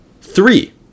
Three